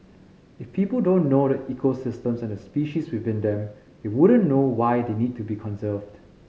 if people don't know the ecosystems and the species within them they wouldn't know why they need to be conserved